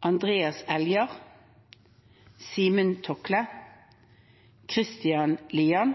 Andreas Eldjarn Simen Tokle Christian Lian